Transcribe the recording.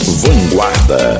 Vanguarda